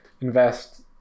invest